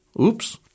Oops